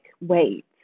wait